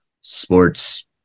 sports